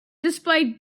displayed